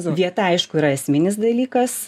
vieta aišku yra esminis dalykas